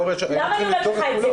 למה אני אומרת את זה?